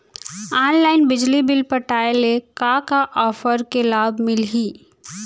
Online बिजली bill पटाय ले का का ऑफ़र के लाभ मिलही?